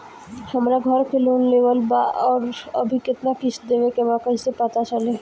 हमरा घर के लोन लेवल बा आउर अभी केतना किश्त देवे के बा कैसे पता चली?